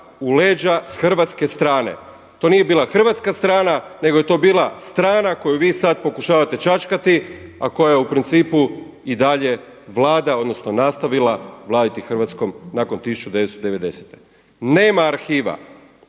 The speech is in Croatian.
u leđa s hrvatske strane. To nije bila hrvatska strana, nego je to bila strana koju vi sad pokušavate čačkati, a koja je u principu i dalje vlada, odnosno nastavila vladati Hrvatskom nakon 1990. Nema arhiva,